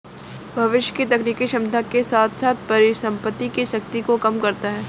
भविष्य की तकनीकी क्षमता के साथ साथ परिसंपत्ति की शक्ति को कम करता है